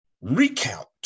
recount